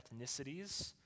ethnicities